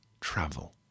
travel